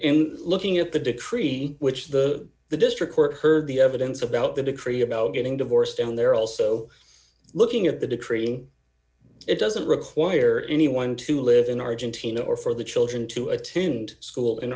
looking at the decree which the the district court heard the evidence about the decree about getting divorced and they're also looking at the decreasing it doesn't require anyone to live in argentina or for the children to attend school in